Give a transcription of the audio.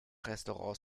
restaurants